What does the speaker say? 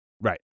Right